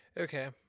Okay